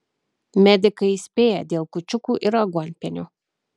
medikai įspėja dėl kūčiukų ir aguonpienio